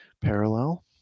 Parallel